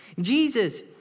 Jesus